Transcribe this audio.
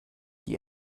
die